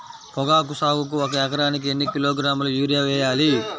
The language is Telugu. పొగాకు సాగుకు ఒక ఎకరానికి ఎన్ని కిలోగ్రాముల యూరియా వేయాలి?